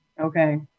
Okay